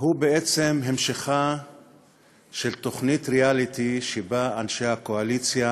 הוא בעצם המשכה של תוכנית ריאליטי שבה אנשי הקואליציה